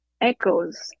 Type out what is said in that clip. echoes